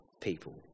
people